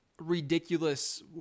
ridiculous